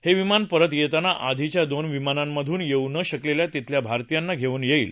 हे विमान परत येताना आधीच्या दोन विमानांमधून येऊ न शकलेल्या तिथल्या भारतीयांना धेऊन येईल